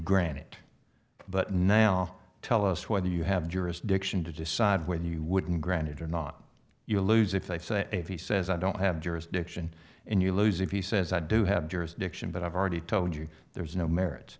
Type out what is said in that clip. grant it but now tell us whether you have jurisdiction to decide when you wouldn't grant it or not you lose if they say if he says i don't have jurisdiction and you lose if he says i do have jurisdiction but i've already told you there's no m